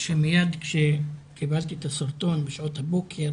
שמייד כשקיבלתי את הסרטון בשעות הבוקר,